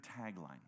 tagline